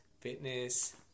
fitness